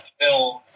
film